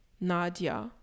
nadia